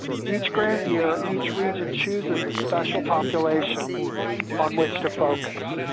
each grant year, each region chooses a special population on which to focus.